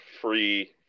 Free